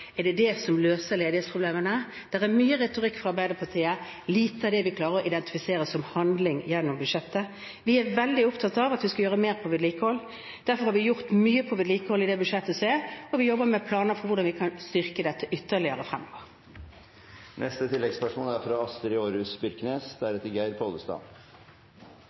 er det det som løser ledighetsproblemene? Det er mye retorikk fra Arbeiderpartiet, og lite av det vi klarer å identifisere som handling gjennom budsjettet. Vi er veldig opptatt av at vi skal gjøre mer på vedlikehold. Derfor har vi gjort mye på vedlikehold i det budsjettet som er, og vi jobber med planer for hvordan vi kan styrke dette ytterligere framover. Astrid Aarhus Byrknes – til oppfølgingsspørsmål. Det er